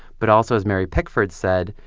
but also as mary pickford said,